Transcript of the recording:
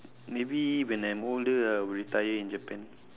maybe when I'm older ah I will retire in japan